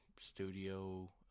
studio